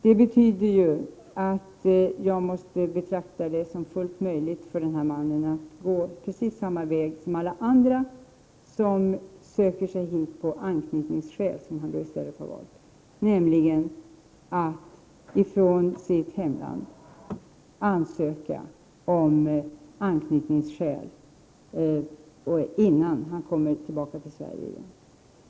Det betyder ju att jag måste betrakta det som fullt möjligt för vederbörande att gå precis samma väg som alla andra som söker sig hit på anknytningsskäl, vilket blivit allt vanligare, nämligen att man åker till sitt hemland och där ansöker om anknytningsskäl innan man kommer tillbaka till Sverige.